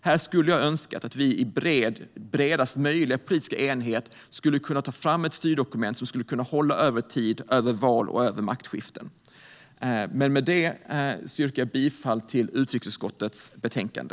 Jag skulle ha önskat att vi i bredast möjliga politiska enighet tagit fram ett styrdokument som skulle kunna hålla över tid, över val och över maktskiften. Med det yrkar jag bifall till förslaget i utrikesutskottets betänkande.